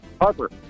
Harper